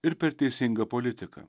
ir per teisingą politiką